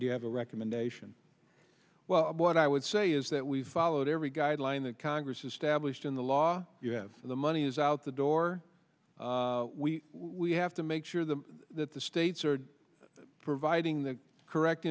you have a recommendation well what i would say is that we've followed every guideline that congress established in the law you have the money is out the door we we have to make sure the that the states are providing the correct